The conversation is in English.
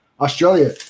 Australia